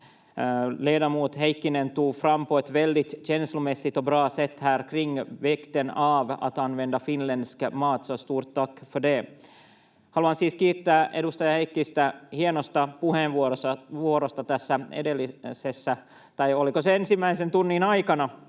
Haluan siis kiittää edustaja Heikkistä hienosta puheenvuorosta tässä edellisessä tai, oliko se, ensimmäisen tunnin aikana.